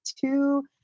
two